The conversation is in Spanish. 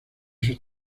sus